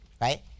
right